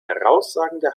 herausragende